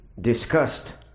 discussed